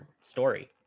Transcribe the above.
story